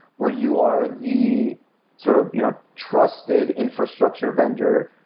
where you are the sort of you know trusted infrastructure vendor.